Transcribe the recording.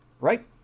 right